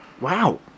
Wow